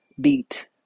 beat